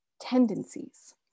tendencies